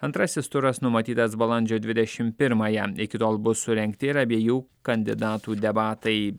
antrasis turas numatytas balandžio dvidešim pirmąją iki tol bus surengti ir abiejų kandidatų debatai